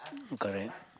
correct